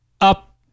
up